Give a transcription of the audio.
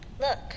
look